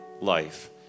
life